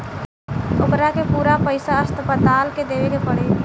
ओकरा के पूरा पईसा अस्पताल के देवे के पड़ी